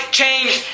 change